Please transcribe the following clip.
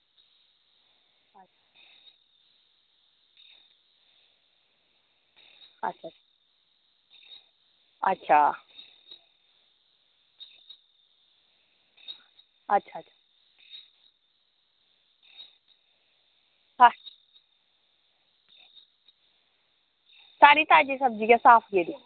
अच्छा अच्छा अच्छा सारी ताज़ी सब्जी ऐ साफ गेदी